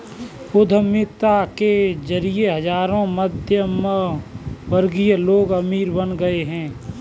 उद्यमिता के जरिए हजारों मध्यमवर्गीय लोग अमीर बन गए